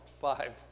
five